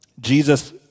Jesus